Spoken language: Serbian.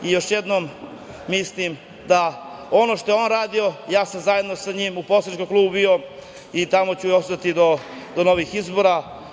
Još jednom mislim da ono što je on radio, ja sam zajedno sa njim u poslaničkom klubu bio i tamo ću ostati do novih izbora.